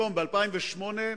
היום, ב-2008,